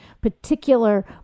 particular